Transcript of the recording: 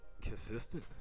Consistent